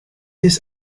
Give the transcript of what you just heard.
his